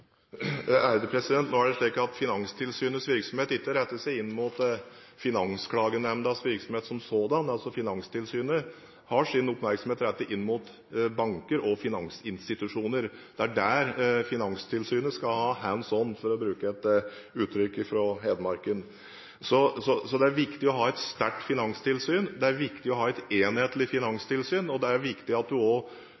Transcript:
Nå er det slik at Finanstilsynets virksomhet ikke retter seg inn mot Finansklagenemndas virksomhet som sådan. Finanstilsynet har sin oppmerksomhet rettet inn mot banker og finansinstitusjoner. Det er der Finanstilsynet skal være «hands-on», for å bruke et uttrykk fra Hedmarken. Det er viktig å ha et sterkt finanstilsyn, det er viktig å ha et enhetlig